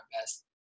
best